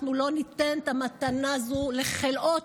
אנחנו לא ניתן את המתנה הזאת לחלאות,